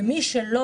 ומי שלא,